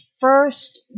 first